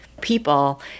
people